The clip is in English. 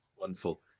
wonderful